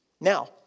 Now